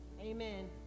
Amen